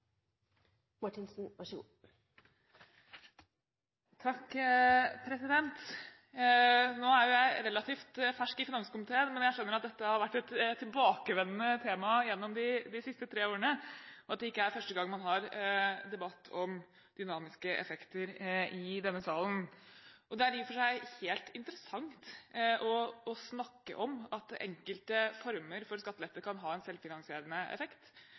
vært et tilbakevendende tema gjennom de siste tre årene, og at det ikke er første gang man har debatt om dynamiske effekter i denne salen. Det er i og for seg helt interessant å snakke om at enkelte former for skattelette kan ha en selvfinansierende effekt